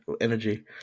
energy